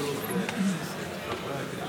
השיקול הוא לא צביון,